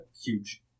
Huge